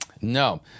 No